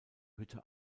hütte